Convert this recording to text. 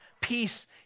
peace